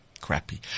crappy